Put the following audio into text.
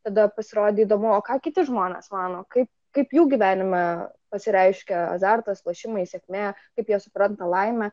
tada pasirodė įdomu o ką kiti žmonės mano kaip kaip jų gyvenime pasireiškia azartas lošimai sėkme kaip jie supranta laimę